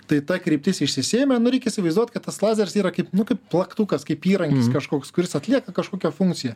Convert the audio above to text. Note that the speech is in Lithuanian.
tai ta kryptis išsisėmė nu reik įsivaizduot kad tas lazeris yra kaip nu kaip plaktukas kaip įrankis kažkoks kuris atlieka kažkokią funkciją